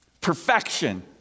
Perfection